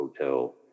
hotel